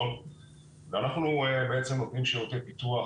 למעשה אנחנו נותנים שירותי פיתוח,